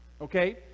Okay